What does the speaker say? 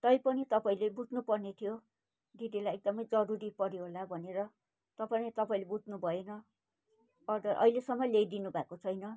तैपनि तपाईँले बुझ्नु पर्ने थियो दिदीलाई एकदमै जरुरी पऱ्यो होला भनेर तपाईँ तपाईँले बुझ्नु भएन अर्डर अहिलेसम्म ल्याइदिनु भएको छैन